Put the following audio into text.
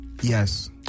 yes